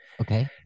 okay